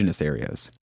areas